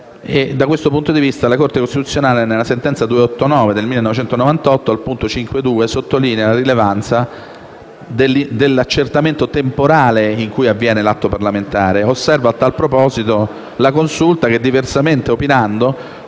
Da questo punto di vista, la Corte costituzionale, nella sentenza n. 289 del 1998, al punto 5.2, sottolinea la rilevanza dell'accertamento temporale in cui avviene l'atto parlamentare. Osserva a tal proposito la Consulta: «Diversamente opinando,